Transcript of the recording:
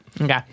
Okay